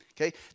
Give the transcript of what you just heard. Okay